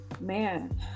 man